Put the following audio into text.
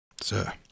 Sir